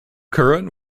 curran